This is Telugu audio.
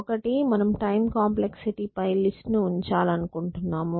ఒకటి మనము టైం కాంప్లెక్సిటీ పై లిస్ట్ ను ఉంచాలనుకుంటున్నాము